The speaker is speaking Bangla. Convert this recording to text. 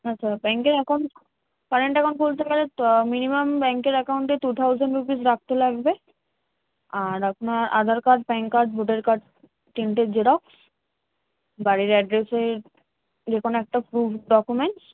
আচ্ছা ব্যাংকের অ্যাকাউন্ট কারেন্ট অ্যাকাউন্ট খুলতে গেলে তো মিনিমাম ব্যাংকের অ্যাকাউন্টে টু থাউসেন্ড রুপিস রাখতে লাগবে আর আপনার Aadhaar card PAN card voter card তিনটে জেরক্স বাড়ির অ্যাড্রেসের যে কোনো একটা প্রুফ ডকুমেন্টস